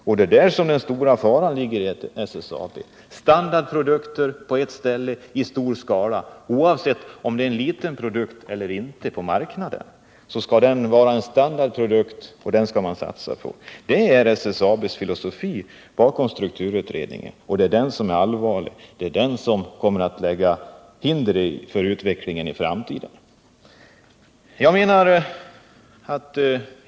Och det är där den stora faran ligger i SSAB —- standardprodukter på ett ställe i stor skala. Oavsett om det är en liten produkt eller inte på marknaden, skall den vara en standardprodukt och den skall man satsa på. Det är SSAB:s filosofi bakom strukturutredningen, och det är det allvarliga. Det är den filosofin som kommer att utgöra ett hinder för utvecklingen i framtiden.